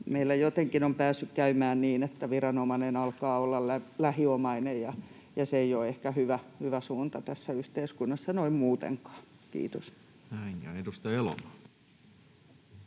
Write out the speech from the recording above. Meillä jotenkin on päässyt käymään niin, että viranomainen alkaa olla lähiomainen, ja se ei ole ehkä hyvä suunta tässä yhteiskunnassa noin muutenkaan. — Kiitos. Näin. — Ja